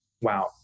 wow